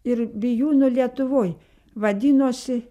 ir bijūnu lietuvoj vadinosi